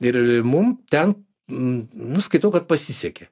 ir mum ten nu skaitau kad pasisekė